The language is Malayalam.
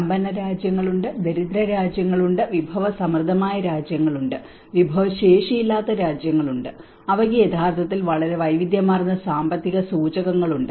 സമ്പന്ന രാജ്യങ്ങളുണ്ട് ദരിദ്ര രാജ്യങ്ങളുണ്ട് വിഭവസമൃദ്ധമായ രാജ്യങ്ങളുണ്ട് വിഭവശേഷിയില്ലാത്ത രാജ്യങ്ങളുണ്ട് അവയ്ക്ക് യഥാർത്ഥത്തിൽ വളരെ വൈവിധ്യമാർന്ന സാമ്പത്തിക സൂചകങ്ങളുണ്ട്